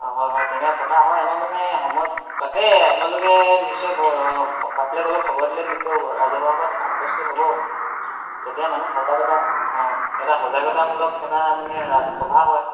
অঁ হয় হয় তেনেকৈ পতা হয় আমাৰ মানে সময়ত পাতে আপোনালোকে নিশ্চয় পাতিলে কৰিলে খবৰ দিলে নিশ্চয় ৰাজহুৱা সভাত উপস্থিত হ'ব তেতিয়া মানে সজাগতা অঁ এটা সজাগতামূলক এটা মানে সভা হয়